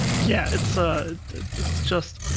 yeah, it's ah it's just